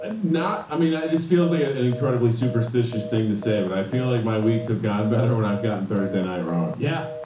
and not, i mean, this feels like an incredibly superstitious thing to say, but i feel like my weeks have gone better when i've gotten thursday night wrong. yeah.